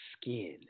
skin